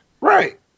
Right